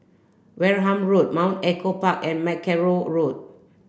Wareham Road Mount Echo Park and Mackerrow Road